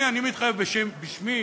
אני מתחייב בשמי